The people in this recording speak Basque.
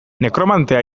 nekromantea